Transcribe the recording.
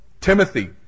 Timothy